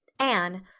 anne,